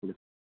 تُلِو